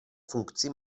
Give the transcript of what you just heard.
funkcí